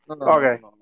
Okay